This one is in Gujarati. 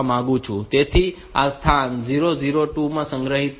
તેથી આ સ્થાન 3002 માં સંગ્રહિત થશે